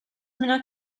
минут